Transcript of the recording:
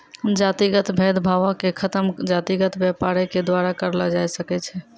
जातिगत भेद भावो के खतम जातिगत व्यापारे के द्वारा करलो जाय सकै छै